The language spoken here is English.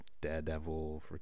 Daredevil